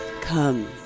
Come